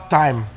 time